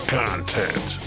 content